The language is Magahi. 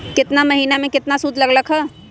केतना महीना में कितना शुध लग लक ह?